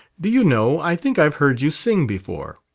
do you know, i think i've heard you sing before.